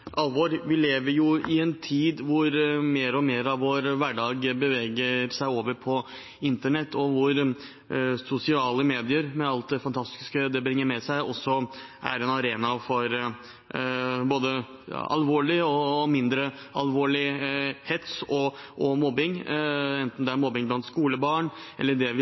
alvor. Vi lever jo i en tid hvor mer og mer av vår hverdag beveger seg over på internett, og hvor sosiale medier med alt det fantastiske det bringer med seg, også er en arena for både alvorlig og mindre alvorlig hets og mobbing – enten det er mobbing blant skolebarn, eller det vi